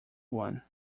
one